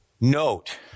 note